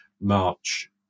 March